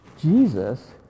Jesus